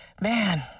Man